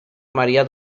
maría